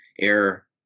error